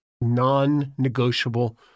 non-negotiable